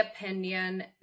opinion